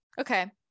Okay